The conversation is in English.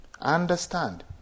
understand